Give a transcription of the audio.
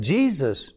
Jesus